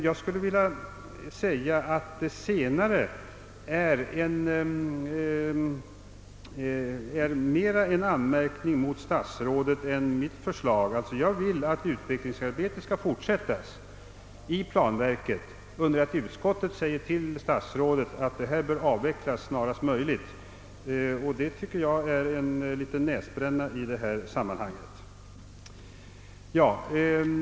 Jag anser att det senare uttrycket innebär en allvarligare anmärkning mot statsrådet än uttrycket i reservationen. Jag vill, att utvecklingsarbetet skall fortsättas i planverket, under det att utskottet anser att detta arbete bör avvecklas snarast möjligt. Det senare tycker jag är en liten näsbränna åt kommunikationsministern.